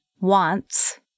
wants